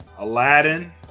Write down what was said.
Aladdin